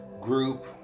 group